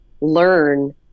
learn